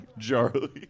Charlie